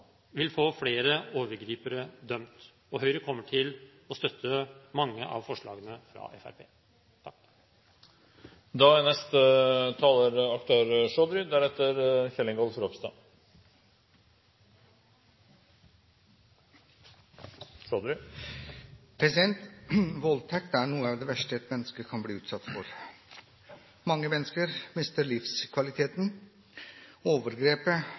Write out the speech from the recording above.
vil få flere overgripere dømt. Høyre kommer til å støtte mange av forslagene fra Fremskrittspartiet. Voldtekt er noe av det verste et menneske kan bli utsatt for. Mange mennesker mister livskvaliteten.